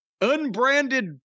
unbranded